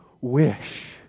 wish